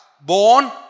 born